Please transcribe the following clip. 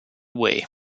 way